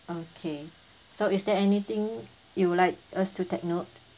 okay so is there anything you would like us to take note